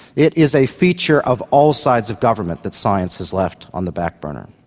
it is a feature of all sides of government that science is left on the backburner.